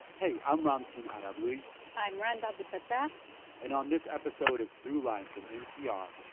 hey. i'm ramtin arablouei i'm rund abdelfatah and on this episode of throughline from npr,